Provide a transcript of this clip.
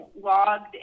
logged